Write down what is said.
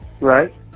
Right